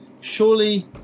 surely